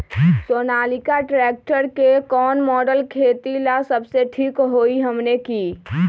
Sonalika tractor के कौन model खेती ला सबसे ठीक होई हमने की?